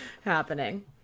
happening